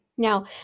Now